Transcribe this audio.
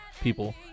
people